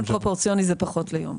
באופן פרופורציוני, זה פחות ליום.